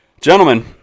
gentlemen